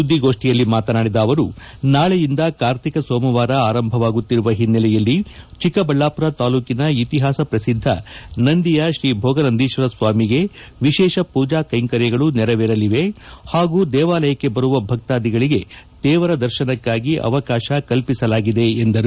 ಸುದ್ದಿಗೋಷ್ಠಿಯಲ್ಲಿ ಮಾತನಾಡಿದ ಅವರು ನಾಳೆಯಿಂದ ಕಾರ್ತಿಕ ಸೋಮವಾರ ಅರಂಭವಾಗುತ್ತಿರುವ ಓನ್ನೆಲೆಯಲ್ಲಿ ಚಿಕ್ಕಬಳ್ಳಾಪುರ ತಾಲೂಕಿನ ಇಹಿಹಾಸ ಪ್ರಸಿದ್ಧ ನಂದಿಯ ಶ್ರೀ ಭೋಗನಂದೀಶ್ವರ ಸ್ವಾಮಿಗೆ ವಿಶೇಷ ಪೂಜಾ ಕೈಂಕರ್ಯಗಳು ನೇರವೇರಲಿವೆ ಪಾಗೂ ದೇವಾಲಯಕ್ಕೆ ಬರುವ ಭಕ್ತಾದಿಗಳಿಗೆ ದೇವರ ದರ್ಶನಕ್ಕಾಗಿ ಅವಕಾಶ ಕಲ್ಪಿಸಲಾಗಿದೆ ಎಂದರು